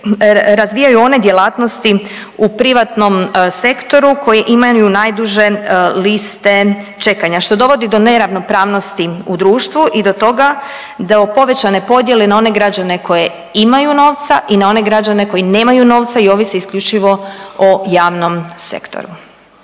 razvijaju one djelatnosti u privatnom sektoru koje imaju najduže liste čekanja, što dovodi do neravnopravnosti u društvu i do toga, do povećane podjele na one građane koje imaju novca i na one građane koji nemaju novca i ovise isključivo o javnom sektoru.